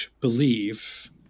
believe